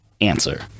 answer